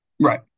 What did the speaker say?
Right